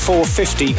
450